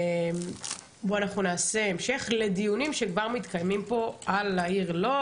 בו אנחנו נעשה המשך לדיונים שכבר מתקיימים פה על העיר לוד.